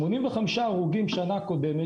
85 הרוגים בשנה שעברה,